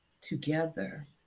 together